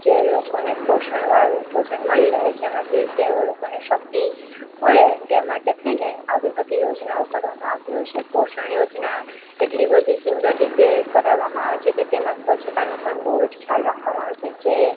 જે લોકોને પોષણવાળું ભોજન મળી રહે જેમાંથી તેઓ લોકોને શક્તિ મળે તે માટે થઈને આવી બધી યોજનાઓ કરવામાં આવતી હોય છે પોષણ યોજના એટલી બધી સુંદર રીતે કરાવવામાં આવે છે કે તેમાં સ્વચ્છતાનું પણ બહુજ ખ્યાલ રાખવામાં આવે છે જે